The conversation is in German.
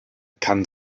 kann